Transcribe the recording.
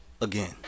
again